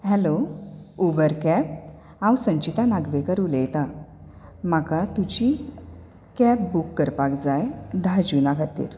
hello Uber cab हांव संचीता नागवेकर उलयता म्हाका तुजी कॅब बुक करपाक जाय धा जूना खातीर